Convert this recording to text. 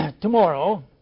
tomorrow